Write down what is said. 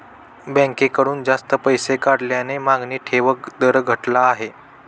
बँकेतून जास्त पैसे काढल्याने मागणी ठेव दर घटला आहे